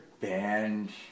band